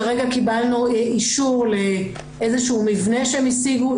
כרגע קיבלנו אישור לאיזה שהוא מבנה שהם השיגו,